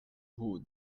who